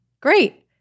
great